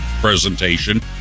presentation